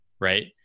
right